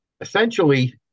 essentially